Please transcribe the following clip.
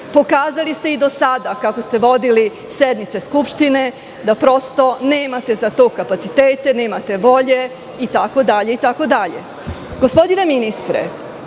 Pokazali ste i do sada kako ste vodili sednice Skupštine, da prosto nemate za to kapacitete, nemate volje itd. Gospodine